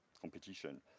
competition